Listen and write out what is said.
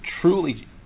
truly